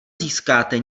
získáte